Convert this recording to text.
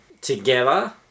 together